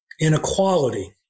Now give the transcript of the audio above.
inequality